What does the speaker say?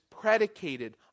predicated